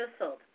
whistled